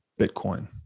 Bitcoin